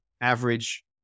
average